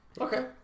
Okay